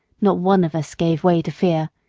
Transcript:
not one of us gave way to fear,